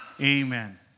Amen